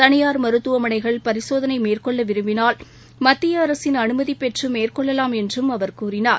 தளியார் மருத்துவமனைகள் பரிசோதனை மேற்கொள்ள விரும்பினால் மத்திய அரசின் அனுமதி பெற்று மேற்கொள்ளலாம் என்றும் அவர் கூறினார்